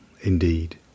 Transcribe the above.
indeed